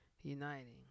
uniting